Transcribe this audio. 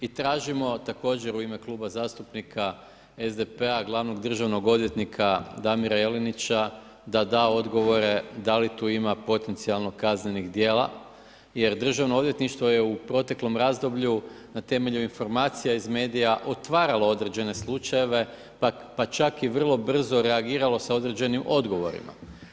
I tražimo također u ime Kluba zastupnika SDP-a glavnog državnog odvjetnika Damira Jelinića da da odgovore da li tu ima potencijalno kaznenih djela jer državno odvjetništvo je u proteklom razdoblju na temelju informacija iz medija otvaralo određene slučajeve pa čak i vrlo brzo reagiralo sa određenim odgovorima.